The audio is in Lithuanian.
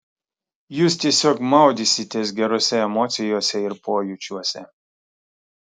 jūs tiesiog maudysitės gerose emocijose ir pojūčiuose